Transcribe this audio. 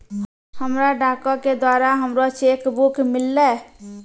हमरा डाको के द्वारा हमरो चेक बुक मिललै